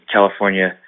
California